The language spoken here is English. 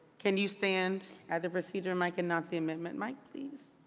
can you stand at the procedure mic and not the amendment mic, please?